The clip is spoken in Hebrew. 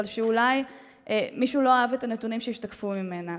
אבל שאולי מישהו לא אהב את הנתונים שהשתקפו ממנה.